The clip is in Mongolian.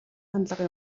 хандлага